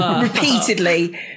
repeatedly